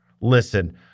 listen